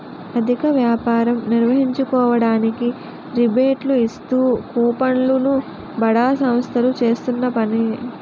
అధిక వ్యాపారం నిర్వహించుకోవడానికి రిబేట్లు ఇస్తూ కూపన్లు ను బడా సంస్థలు చేస్తున్న పని